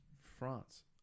France